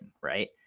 right